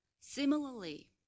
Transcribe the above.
Similarly